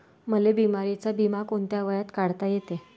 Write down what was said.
मले बिमारीचा बिमा कोंत्या वयात काढता येते?